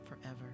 forever